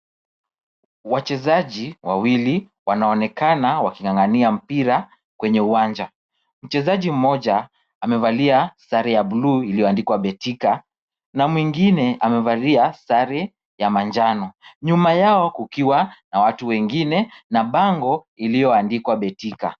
Wachezaji wawili wanaonekana wakinga'nga'nia mpira kwenye uwanja. Mchezaji mmoja amevalia sare ya bluu iliyoandikwa Betika na mwingine amevalia sare ya manjano . Nyuma yao kukiwa na watu wengine na bango iliyoandikwa Betika.